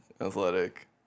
athletic